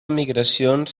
migracions